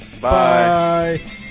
Bye